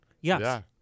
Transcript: Yes